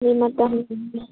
ꯃꯤꯃꯠꯇ ꯍꯪꯅꯤꯡꯉꯦ